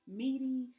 meaty